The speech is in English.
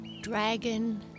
Dragon